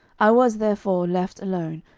i was, therefore, left alone,